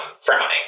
frowning